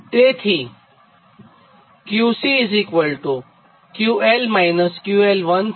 તેથી QC QL 𝑄𝐿1 થાય